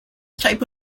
type